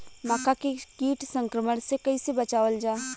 मक्का के कीट संक्रमण से कइसे बचावल जा?